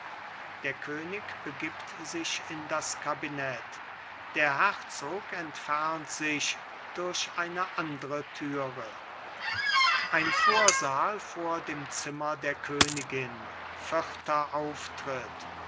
der könig begibt sich in das kabinett der herzog entfernt sich durch eine andere türe ein vorsaal vor dem zimmer der königin vierter auftritt